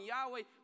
Yahweh